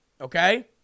okay